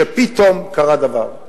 שפתאום קרה דבר.